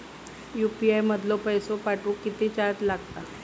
UPI मधलो पैसो पाठवुक किती चार्ज लागात?